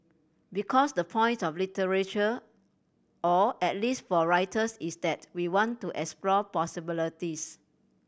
because the point of literature or at least for writers is that we want to explore possibilities